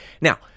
Now